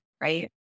right